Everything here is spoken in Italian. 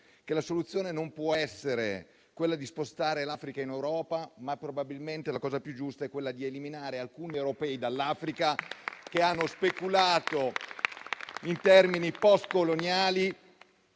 che la soluzione non può essere quella di spostare l'Africa in Europa. Probabilmente, la cosa più giusta è eliminare alcuni europei dall'Africa, che hanno speculato con logiche postcoloniali,